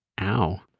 Ow